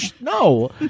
no